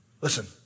Listen